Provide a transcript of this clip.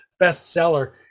bestseller